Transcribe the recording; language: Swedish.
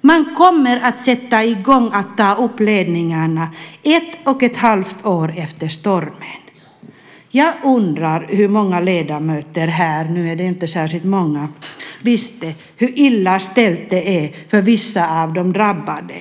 Man kommer att sätta i gång och ta upp ledningarna ett och ett halvt år efter stormen. Jag undrar hur många ledamöter här - nu är det inte särskilt många - som visste hur illa ställt det är för vissa av de drabbade.